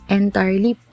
entirely